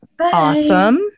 Awesome